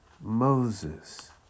Moses